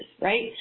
right